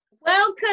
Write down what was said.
Welcome